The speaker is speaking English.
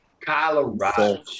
Colorado